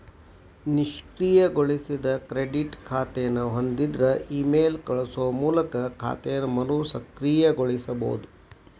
ನಿಷ್ಕ್ರಿಯಗೊಳಿಸಿದ ಕ್ರೆಡಿಟ್ ಖಾತೆನ ಹೊಂದಿದ್ರ ಇಮೇಲ್ ಕಳಸೋ ಮೂಲಕ ಖಾತೆನ ಮರುಸಕ್ರಿಯಗೊಳಿಸಬೋದ